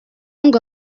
ngo